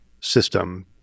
system